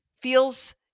feels